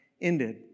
ended